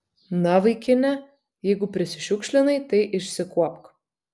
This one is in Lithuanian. na vaikine jeigu prisišiukšlinai tai išsikuopk